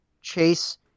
Chase